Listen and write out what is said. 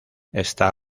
está